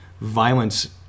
violence